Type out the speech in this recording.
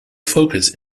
focus